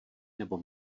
nebo